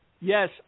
Yes